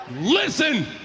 Listen